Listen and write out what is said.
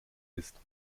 ist